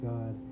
God